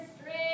straight